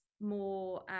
more